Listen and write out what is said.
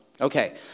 Okay